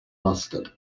mustard